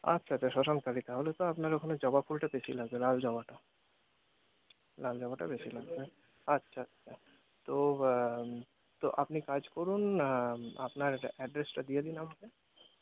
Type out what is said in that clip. আচ্ছা আচ্ছা শ্মশান কালী তাহলে তো আপনার ওখানে জবা ফুলটা বেশী লাগে লাল জবাটা লাল জবাটা বেশী লাগবে আচ্ছা আচ্ছা তো তো আপনি কাজ করুন আপনার অ্যাড্রেসটা দিয়ে দিন আমাকে